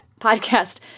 podcast